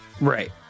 Right